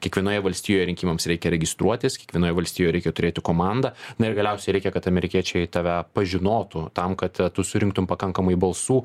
kiekvienoje valstijoj rinkimams reikia registruotis kiekvienoj valstijoj reikia turėti komandą na ir galiausiai reikia kad amerikiečiai tave pažinotų tam kad tu surinktumei pakankamai balsų